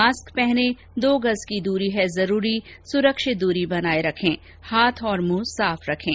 mask पहनें दो गज की दूरी है जरूरी सुरक्षित दूरी बनाए रखें हाथ और मुंह साफ रखें